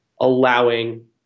allowing